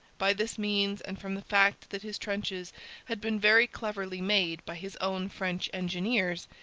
by this means, and from the fact that his trenches had been very cleverly made by his own french engineers,